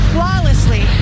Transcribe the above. Flawlessly